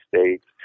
states